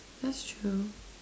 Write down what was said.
that's true